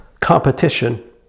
competition